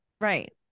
right